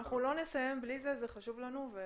אנחנו לא נסיים בלי זה, זה חשוב לנו.